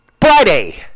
Friday